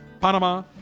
Panama